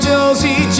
Josie